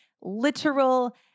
literal